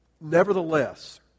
Nevertheless